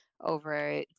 over